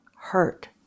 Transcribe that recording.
hurt